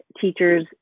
teachers